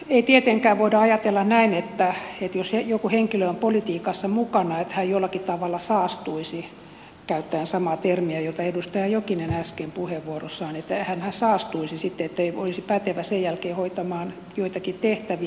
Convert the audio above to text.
ei tietenkään voida ajatella näin että jos joku henkilö on politiikassa mukana hän jollakin tavalla saastuisi käyttäen samaa termiä kuin edustaja jokinen äsken puheenvuorossaan että hän saastuisi sitten ettei olisi pätevä sen jälkeen hoitamaan joitakin tehtäviä